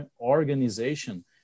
organization